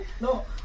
No